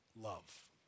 love